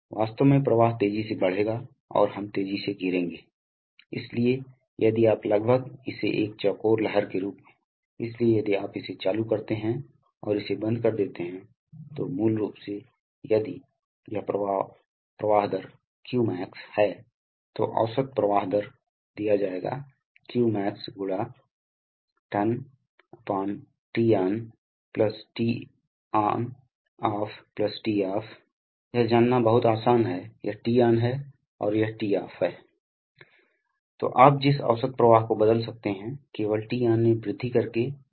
तब जब आप और दूसरी तरह का गैर सकारात्मक विस्थापन होता है जो मूल रूप से है तो आप केन्द्रापसारक प्रकार मूल रूप से पंखे अनिवार्य रूप से विभिन्न प्रकार के पंखे और ब्लोअर को जो आमतौर पर तब उपयोग किए जाते हैं जब आपको बड़ी मात्रा में हवा की आवश्यकता होती है लेकिन ऐसे उच्च दबाव पर नहीं इसलिए आमतौर पर उच्च दबाव के लिए सकारात्मक विस्थापन प्रकार का कम्प्रेसर उपयोग किया जाता है